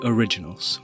Originals